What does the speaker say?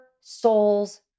soul's